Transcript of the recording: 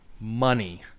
money